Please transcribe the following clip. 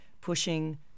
pushing